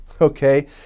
Okay